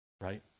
Right